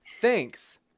thanks